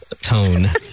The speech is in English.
tone